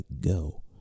go